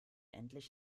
endlich